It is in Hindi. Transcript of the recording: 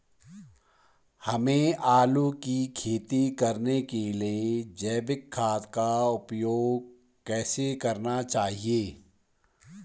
हमें आलू की खेती करने के लिए जैविक खाद का उपयोग कैसे करना चाहिए?